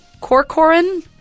Corcoran